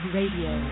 Radio